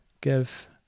give